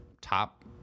top